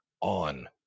on